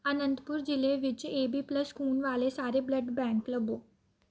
ਅਨੰਦਪੁਰ ਜ਼ਿਲ੍ਹੇ ਵਿੱਚ A B plus ਖੂਨ ਵਾਲੇ ਸਾਰੇ ਬਲੱਡ ਬੈਂਕ ਲੱਭੋ